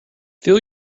fill